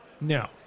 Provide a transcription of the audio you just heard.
No